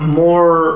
more